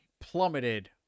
plummeted